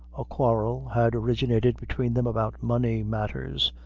a quarrel had originated between them about money matters,